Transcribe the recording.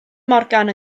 morgan